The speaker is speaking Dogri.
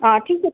हां ठीक ऐ